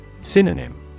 Synonym